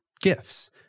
gifts